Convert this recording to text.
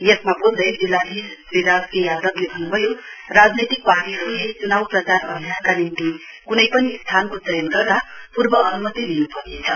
यसमा बोल्दै जिल्लाधीश श्री राज के यादवले भन्नुभयो राजनैतिक पार्टीहरुले चुनाव प्रचार अभियान निम्ति कुनै पनि स्थानको चयन गर्दा पूर्व अनुमति लिनुपर्नेछ